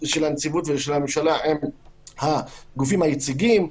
של הנציבות ושל הממשלה עם הגופים היציגים,